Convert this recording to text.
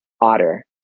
otter